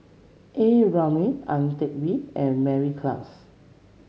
A Ramli Ang Teck Bee and Mary Klass